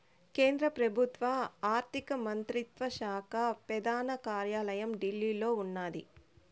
కేంద్ర పెబుత్వ ఆర్థిక మంత్రిత్వ శాక పెదాన కార్యాలయం ఢిల్లీలో ఉన్నాది